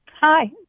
Hi